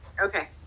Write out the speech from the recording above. Okay